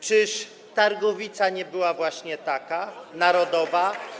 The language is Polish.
Czyż targowica nie była właśnie taka, narodowa?